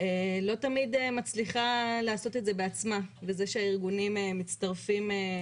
לא תמיד מצליחה לעשות את זה בעצמה וזה שהגופים מצטרפים,